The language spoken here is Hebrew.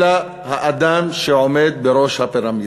אלא האדם שעומד בראש הפירמידה.